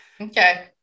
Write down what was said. okay